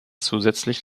zusätzlich